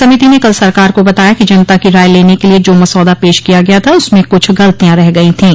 समिति ने कल सरकार को बताया कि जनता की राय लेने के लिए जो मसौदा पेश किया गया था उसमें कुछ गलतियां रह गई थीं